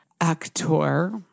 actor